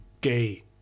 gay